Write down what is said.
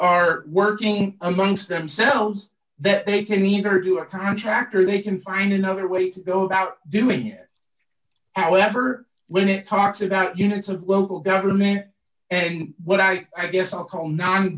are working amongst themselves that they can either do it contract or they can find another way to go about doing it however when it talks about units of local government and what i guess